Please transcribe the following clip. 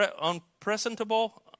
unpresentable